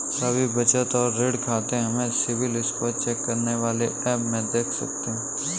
सभी बचत और ऋण खाते हम सिबिल स्कोर चेक करने वाले एप में देख सकते है